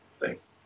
thanks